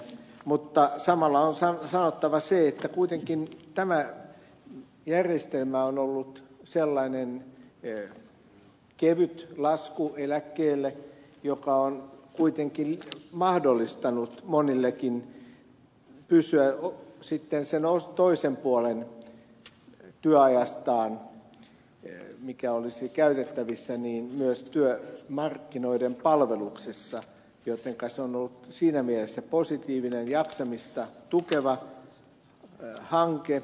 mutta samalla on sanottava se että kuitenkin tämä järjestelmä on ollut sellainen kevyt lasku eläkkeelle joka on kuitenkin mahdollistanut monillekin pysymisen sitten sen toisen puolen työajastaan mikä olisi käytettävissä myös työmarkkinoiden palveluksessa jotenka se on ollut siinä mielessä positiivinen jaksamista tukeva hanke